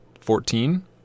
Fourteen